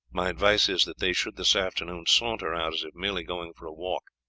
my advice is that they should this afternoon saunter out as if merely going for a walk.